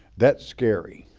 that's scary,